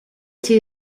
two